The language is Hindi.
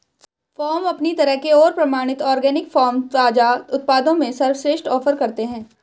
फ़ार्म अपनी तरह के और प्रमाणित ऑर्गेनिक फ़ार्म ताज़ा उत्पादों में सर्वश्रेष्ठ ऑफ़र करते है